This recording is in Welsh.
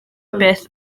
byth